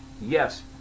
yes